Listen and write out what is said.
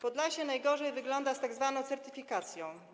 Podlasie najgorzej wypada z tzw. certyfikacją.